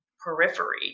periphery